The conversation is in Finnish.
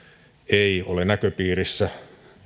ei ole näköpiirissä